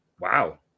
Wow